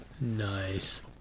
Nice